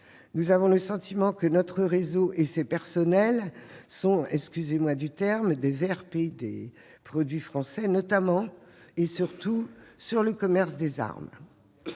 Nous avons le sentiment que notre réseau et ses personnels sont- pardonnez-moi ce terme ! -des « VRP » des produits français, notamment, et surtout, en matière de commerce des armes.